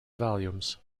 volumes